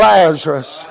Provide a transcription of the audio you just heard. Lazarus